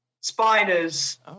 Spiders